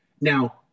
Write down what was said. Now